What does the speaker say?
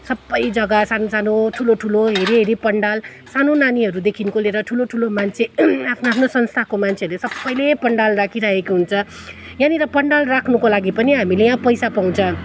सबै जग्गा सानो सानो ठुलो ठुलो हेरी हेरी पन्डाल सानो नानीहरूदेखिको लिएर ठुलो ठुलो मान्छे आफ्नो आफ्नो संस्थाको मान्छेहरूले सबैले पन्डाल राखिराखेको हुन्छ यहाँनिर पन्डाल राख्नुको लागि पनि हामीले यहाँ पैसा पाउँछ